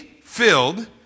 filled